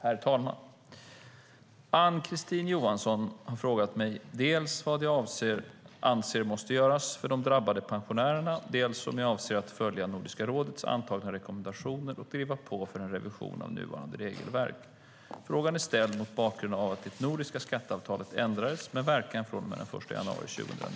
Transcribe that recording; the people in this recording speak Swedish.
Herr talman! Ann-Kristine Johansson har frågat mig dels vad jag anser måste göras för de drabbade pensionärerna, dels om jag avser att följa Nordiska rådets antagna rekommendationer och driva på för en revision av nuvarande regelverk. Frågan är ställd mot bakgrund av att det nordiska skatteavtalet ändrades med verkan från och med den 1 januari 2009.